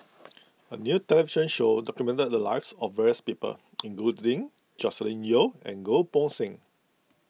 a new television show documented the lives of various people including Joscelin Yeo and Goh Poh Seng